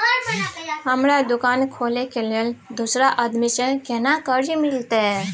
हमरा दुकान खोले के लेल दूसरा आदमी से केना कर्जा मिलते?